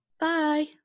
Bye